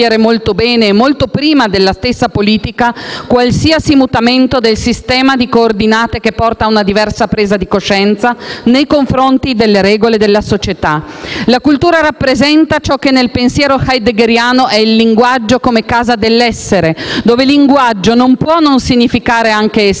La cultura rappresenta ciò che è nel pensiero heideggeriano il linguaggio come casa dell'essere, dove «linguaggio» non può non significare anche essenza